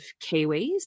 kiwis